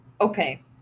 okay